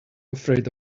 afraid